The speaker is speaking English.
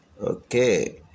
Okay